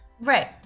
Right